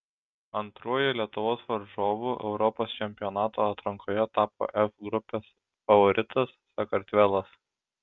antruoju lietuvos varžovu europos čempionato atrankoje tapo f grupės favoritas sakartvelas